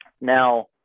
Now